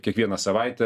kiekvieną savaitę